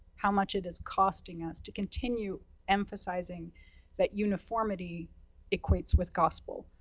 how much it is costing us to continue emphasizing that uniformity equates with gospel.